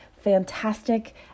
fantastic